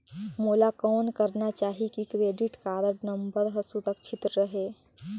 मोला कौन करना चाही की क्रेडिट कारड नम्बर हर सुरक्षित रहे?